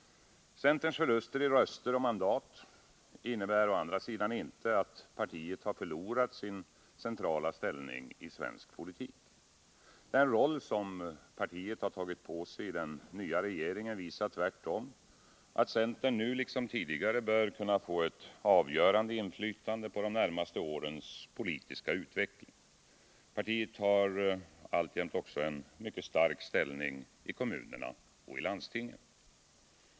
Centerns förluster i röster och mandat innebär å andra sidan inte att partiet förlorat sin centrala ställning i svensk politik. Den roll som partiet tagit på sig i den nya regeringen visar tvärtom, att centern liksom tidigare bör kunna få ett avgörande inflytande på de närmaste årens politiska utveckling. Partiet har också alltjämt en mycket stark ställning i kommunerna och landstingen.